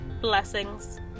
Blessings